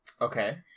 Okay